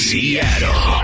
Seattle